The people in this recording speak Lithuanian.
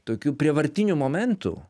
tokių prievartinių momentų